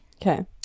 okay